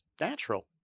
natural